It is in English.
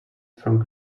from